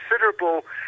considerable